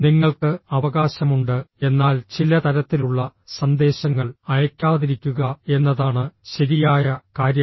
നിങ്ങൾക്ക് അവകാശമുണ്ട് എന്നാൽ ചില തരത്തിലുള്ള സന്ദേശങ്ങൾ അയയ്ക്കാതിരിക്കുക എന്നതാണ് ശരിയായ കാര്യം